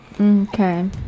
Okay